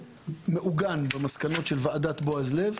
מעוגן במסקנות של ועדת בועז לב,